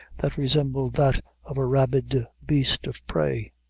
that resembled that of a rabid beast of prey.